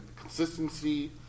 consistency